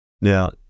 Now